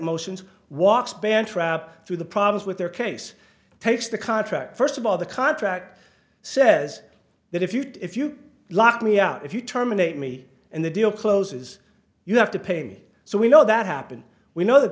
motions walks banter up through the problems with their case takes the contract first of all the contract says that if you if you lock me out if you terminate me and the deal closes you have to pay me so we know that happens we know that